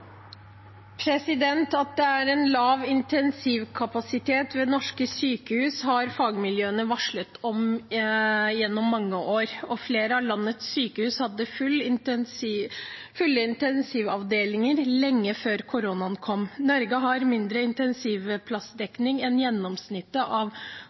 At det er en lav intensivkapasitet ved norske sykehus, har fagmiljøene varslet om gjennom mange år. Flere av landets sykehus hadde fulle intensivavdelinger lenge før koronaen kom. Norge har lavere intensivplassdekning enn gjennomsnittet av